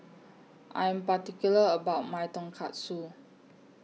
I'm particular about My Tonkatsu